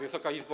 Wysoka Izbo!